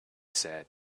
said